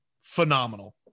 Phenomenal